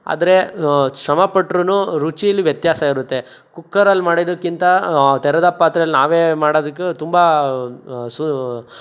ಆದರೆ ಶ್ರಮ ಪಟ್ರೆನೂ ರುಚೀಲಿ ವ್ಯತ್ಯಾಸ ಇರುತ್ತೆ ಕುಕ್ಕರಲ್ಲಿ ಮಾಡಿದ್ದಕ್ಕಿಂತ ತೆರೆದ ಪಾತ್ರೆಲಿ ನಾವೇ ಮಾಡೋದಕ್ಕೆ ತುಂಬ